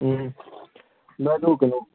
ꯎꯝ ꯗꯥ ꯑꯗꯨ ꯀꯩꯅꯣ